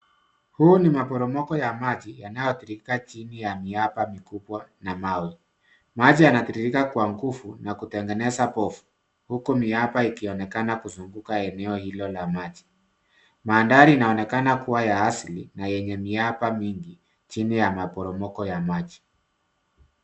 Huu ni maporomoko ya maji yanayotiririka chini ya miamba mikubwa na mawe. Maji yanatiririka kwa nguvu na kutengeneza povu, huku miamba ikionekana kuzunguka eneo hilo la maji. Mandhari inaonekana kuwa ya asili na yenye miamba mingi chini ya maporomoko ya maji.